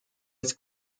its